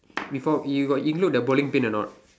before you got include the bowling pin or not